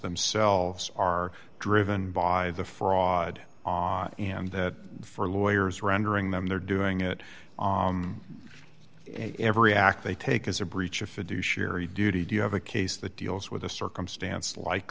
themselves are driven by the fraud and that for lawyers rendering them they're doing it on every act they take is a breach of fiduciary duty do you have a case that deals with a circumstance like